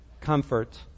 comfort